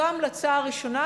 זאת ההמלצה הראשונה,